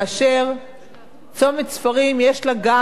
"צומת ספרים" יש לה גם בעלות אנכית